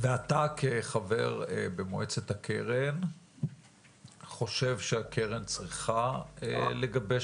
אתה כחבר במועצת הקרן חושב שהקרן צריכה לגבש